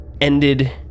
ended